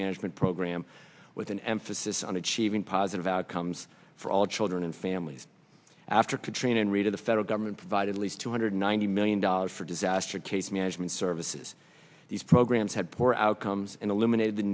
management program with an emphasis on achieving positive outcomes for all children and families after katrina and rita the federal government provided least two hundred ninety million dollars for disaster case management services these programs had poor outcomes and illuminated the